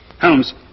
Holmes